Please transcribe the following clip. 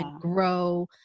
grow